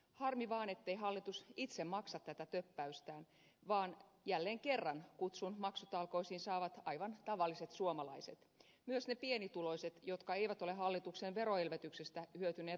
harmi vaan ettei hallitus itse maksa tätä töppäystään vaan jälleen kerran kutsun maksutalkoisiin saavat aivan tavalliset suomalaiset myös ne pienituloiset jotka eivät ole hallituksen veroelvytyksestä hyötyneet lanttiakaan